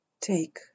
take